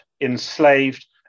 enslaved